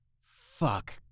Fuck